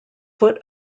foot